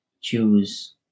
choose